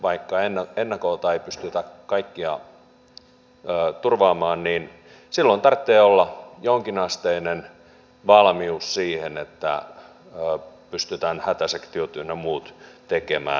vaikka ennakolta ei pystytä kaikkia turvaamaan täytyy olla jonkinasteinen valmius siihen että pystytään hätäsektiot ynnä muut tekemään